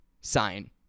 sign